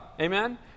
amen